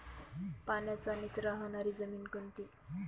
पाण्याचा निचरा होणारी जमीन कोणती?